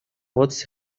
قدسی